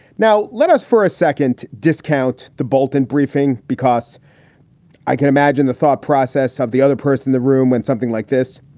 now, let us for a second. discount the bolton briefing, because i can imagine the thought process of the other person in the room when something like this.